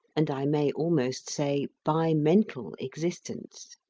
and i may almost say bi-mental existence.